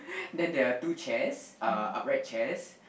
then there are two chairs uh upright chairs